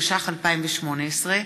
התשע"ח 2018,